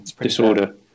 disorder